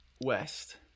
West